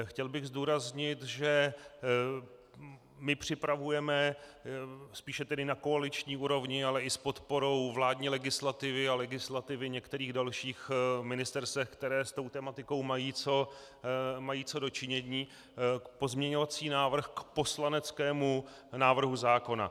Chtěl bych zdůraznit, že my připravujeme spíše na koaliční úrovni, ale i s podporou vládní legislativy a legislativy některých dalších ministerstev, které s tou tematikou mají co do činění, pozměňovací návrh k poslaneckému návrhu zákona.